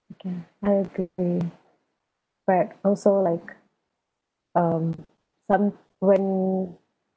okay I agree but also like um some when